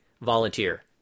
volunteer